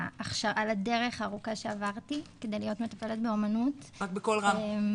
על הדרך הארוכה שעברתי כדי להיות מטפלת באומנות כי אני